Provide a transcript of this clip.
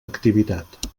activitat